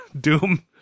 Doom